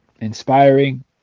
inspiring